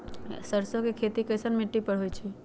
सरसों के खेती कैसन मिट्टी पर होई छाई?